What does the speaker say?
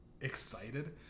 excited